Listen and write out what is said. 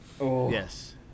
Yes